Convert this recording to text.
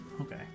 Okay